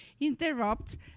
interrupt